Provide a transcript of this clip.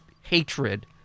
hatred